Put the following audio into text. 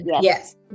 yes